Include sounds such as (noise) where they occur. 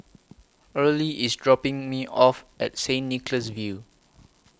(noise) Earlie IS dropping Me off At Saint Nicholas View